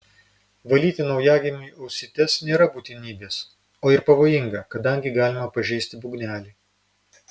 valyti naujagimiui ausytes nėra būtinybės o ir pavojinga kadangi galima pažeisti būgnelį